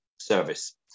service